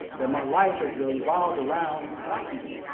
that my life has revolved around black and